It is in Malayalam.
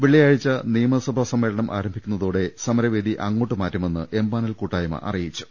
വെള്ളി യാഴ്ച്ച നിയമസഭാ സമ്മേളനം ആരംഭിക്കുന്നതോടെ സമരവേദി അങ്ങോട്ട് മാറ്റുമെന്ന് എംപാനൽ കൂട്ടായ്മ അറിയിച്ചു